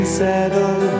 settle